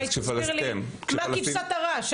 מה כבשת הרש?